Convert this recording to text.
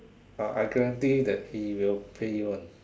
uh I guarantee that he will pay you one